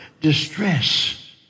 distress